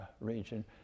region